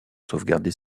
sauvegarder